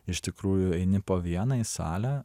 iš tikrųjų eini po vieną į salę